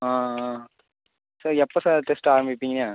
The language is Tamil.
ஆஆ சார் எப்போ சார் டெஸ்ட் ஆரமிப்பிங்கள்